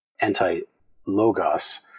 anti-Logos